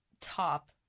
top